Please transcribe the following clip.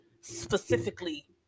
specifically